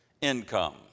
income